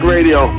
Radio